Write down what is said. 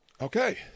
Okay